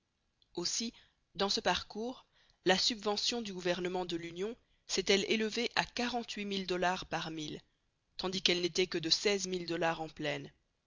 aussi dans ce parcours la subvention du gouvernement de l'union s'est-elle élevée à quarante-huit mille dollars par mille tandis qu'elle n'était que de seize mille dollars en plaine